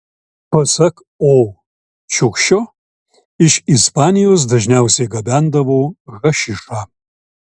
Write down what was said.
pasak o čiukšio iš ispanijos dažniausiai gabendavo hašišą